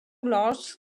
large